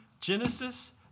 Genesis